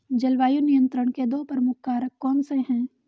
जलवायु नियंत्रण के दो प्रमुख कारक कौन से हैं?